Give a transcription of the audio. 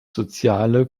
soziale